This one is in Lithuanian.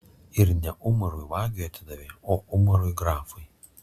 ir ne umarui vagiui atidavė o umarui grafui